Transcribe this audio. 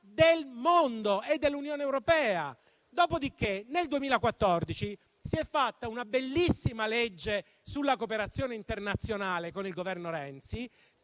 del mondo e dell'Unione europea. Dopodiché, nel 2014 si è fatta una bellissima legge sulla cooperazione internazionale con il Governo Renzi,